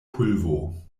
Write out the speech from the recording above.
pulvo